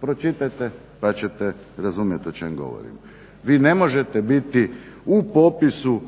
Pročitajte pa ćete razumjet o čemu govorim. Vi ne možete biti u popisu